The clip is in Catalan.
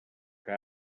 que